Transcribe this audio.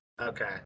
Okay